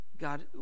God